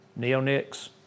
neonics